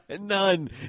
None